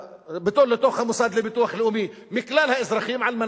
למוסד לביטוח לאומי מכלל האזרחים כדי